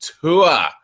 tour